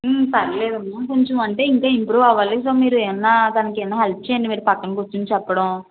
పర్వాలేదు అమ్మ కొంచెం అంటే ఇంకా ఇంప్రూవ్ అవ్వాలి మీరు ఏమన్నా తనకి హెల్ప్ చేయండి మీరు పక్కన కూర్చొని చెప్పడం